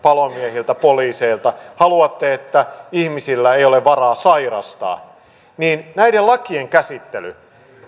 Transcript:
palomiehiltä poliiseilta sunnuntailisät ja haluatte että ihmisillä ei ole varaa sairastaa niin näiden lakien käsittely